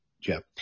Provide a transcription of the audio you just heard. Jeff